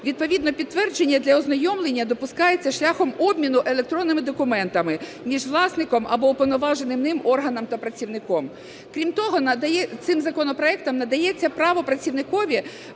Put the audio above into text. Відповідно підтвердження для ознайомлення допускається шляхом обміну електронними документами між власником або уповноваженим ним органом та працівником. Крім того, цим законопроектом надається право працівникові